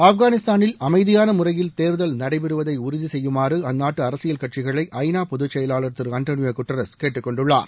ஆப்கானிஸ்தானில் அமைதியான முறையில் தேர்தல் நடைபெறுவதை உறுதிசெய்யுமாறு அந்நாட்டு அரசியல் கட்சிகளை ஐநா பொது செயலாளர் திரு அண்டோளியோ குட்ரஸ் கேட்டுக்கொண்டுள்ளார்